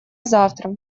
завтра